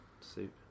soup